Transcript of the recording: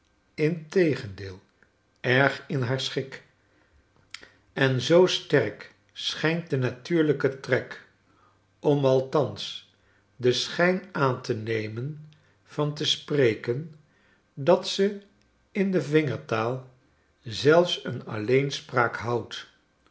integendeei erg in haar schik en zoo sterk schijnt de natuurlijke trek om althans den schijn aan te nemen van te spreken dat tm in de vingertaal zelfs een alleehspraak houdt